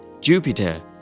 Jupiter